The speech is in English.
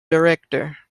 director